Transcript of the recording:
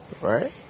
Right